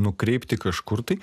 nukreipti kažkur tai